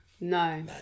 No